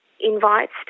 invites